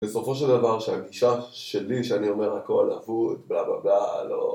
בסופו של דבר, שהגישה ש-שלי שאני אומר הכל אבוד, בלה בלה בלה, לא...